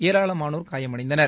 ஏராளமானோர் காயமடைந்தனர்